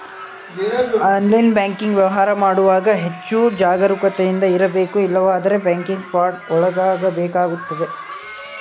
online banking ವ್ಯವಹಾರ ಮಾಡುವಾಗ ಹೆಚ್ಚು ಜಾಗರೂಕತೆಯಿಂದ ಇರಬೇಕು ಇಲ್ಲವಾದರೆ ಬ್ಯಾಂಕಿಂಗ್ ಫ್ರಾಡ್ ಒಳಗಾಗಬೇಕಾಗುತ್ತದೆ